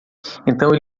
então